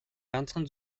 ганцхан